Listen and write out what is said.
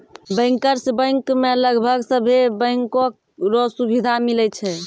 bankers bank मे लगभग सभे बैंको रो सुविधा मिलै छै